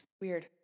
Weird